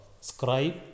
scribe